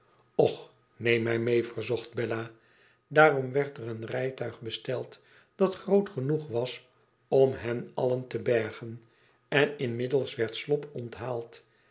och neem mij mee verzocht bella daarom werd er een rijtuig besteld dat groot genoeg was om hen sillen te bergen en inmiddels werd slop onthaald